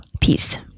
Peace